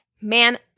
man